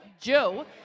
Joe